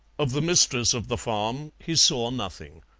of the mistress of the farm he saw nothing.